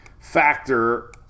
factor